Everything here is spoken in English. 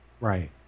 Right